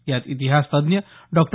यात इतिहास तज्ज्ञ डॉक्टर